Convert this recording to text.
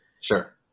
Sure